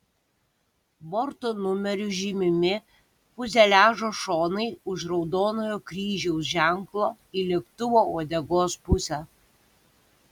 borto numeriu žymimi fiuzeliažo šonai už raudonojo kryžiaus ženklo į lėktuvo uodegos pusę